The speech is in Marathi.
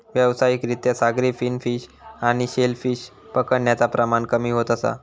व्यावसायिक रित्या सागरी फिन फिश आणि शेल फिश पकडण्याचा प्रमाण कमी होत असा